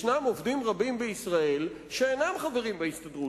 יש עובדים רבים בישראל שאינם חברים בהסתדרות.